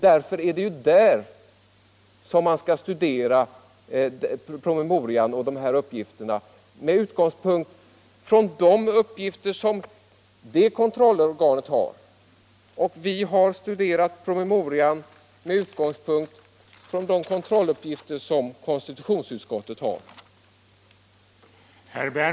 Därför är det där denna promemoria och dessa fakta skall studeras med utgångspunkt i de uppgifter som det kontrollorganet har. Vi har studerat promemorian med utgångspunkt i de kontrolluppgifter som konstitutionsutskottet har.